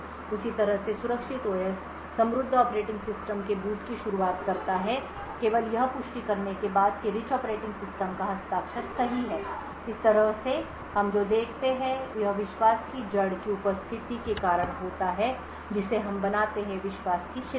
उसी तरह से सुरक्षित ओएस समृद्ध ऑपरेटिंग सिस्टम के बूट की शुरुआत करता है केवल यह पुष्टि करने के बाद कि रिच ऑपरेटिंग सिस्टम का हस्ताक्षर सही है इस तरह से हम जो देखते हैं वह विश्वास की जड़ की उपस्थिति के कारण होता है जिसे हम बनाते हैं विश्वास की श्रृंखला